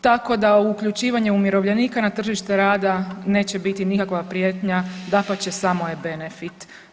Tako da uključivanje umirovljenika na tržište rada neće biti nikakva prijetnja, dapače samo je benefit.